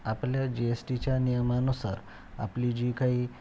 आपल्या जीएसटीच्या नियमानुसार आपली जी काही